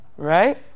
Right